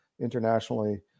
internationally